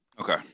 Okay